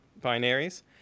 binaries